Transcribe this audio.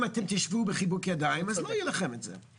אם אתם תשבו בחיבוק ידיים, אז לא יהיה לכם את זה.